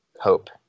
hope